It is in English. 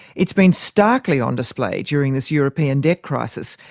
it's been starkly on display during this european debt crisis,